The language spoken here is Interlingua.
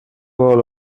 vole